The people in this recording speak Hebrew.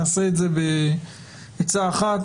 נעשה את זה בעצה אחת,